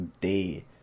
day